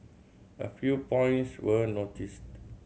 a few points we noticed